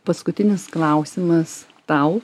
paskutinis klausimas tau